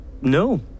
no